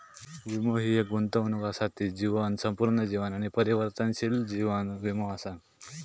वीमो हि एक गुंतवणूक असा ती जीवन, संपूर्ण जीवन आणि परिवर्तनशील जीवन वीमो असा